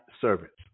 servants